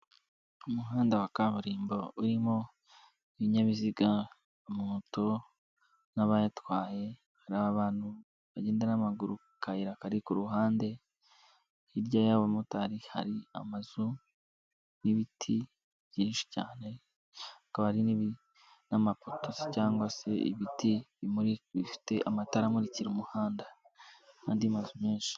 Umuhanda wa kaburimbo urimo ibinyabiziga, amamoto n'abayatwaye, hari abantu bagenda n'amaguru ku kayira kari ku ruhande, hirya y'abamotari hari amazu n'ibiti byinshi cyane, akaba ari n'amapoto cyangwa se ibiti bimurika bifite amatara amurikira umuhanda n'andi mazu menshi.